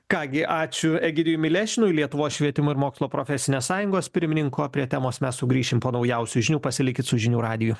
ką gi ačiū egidijui milėšinui lietuvos švietimo ir mokslo profesinės sąjungos pirmininko prie temos mes sugrįšim po naujausių žinių pasilikit su žinių radiju